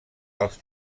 els